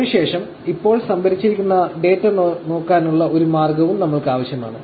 അതിനു ശേഷം ഇപ്പോൾ സംഭരിച്ചിരിക്കുന്ന ഡാറ്റ നോക്കാനുള്ള ഒരു മാർഗവും നമ്മൾക്ക് ആവശ്യമാണ്